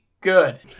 good